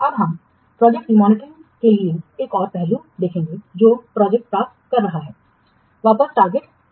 अब हम इस प्रोजेक्ट की मॉनिटरिंग के लिए एक और पहलू देखेंगे जो प्रोजेक्ट प्राप्त कर रहा है वापस टारगेट पर